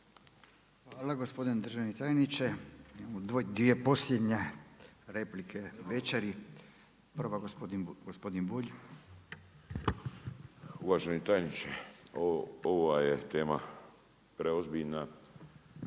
Hvala gospodine državni tajniče. Dvije posljednje replike večeri. Prva gospodin Bulj. **Bulj, Miro (MOST)** Uvaženi tajniče ova je tema preozbiljna